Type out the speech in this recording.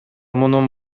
мунун